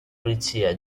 pulizie